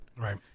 Right